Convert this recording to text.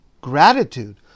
gratitude